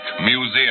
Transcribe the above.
Museum